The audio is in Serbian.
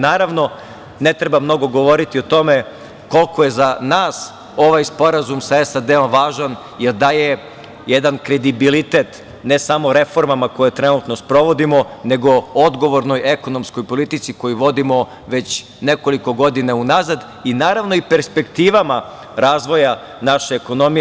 Naravno, ne treba mnogo govoriti o tome koliko je za nas ovaj sporazum sa SAD važan, jer daje jedan kredibilitet, ne samo reformama koje trenutno sprovodimo, nego o odgovornoj ekonomskoj politici koju vodimo već nekoliko godina unazad i, naravno, perspektivama razvoja naše ekonomije.